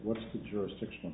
what's the jurisdiction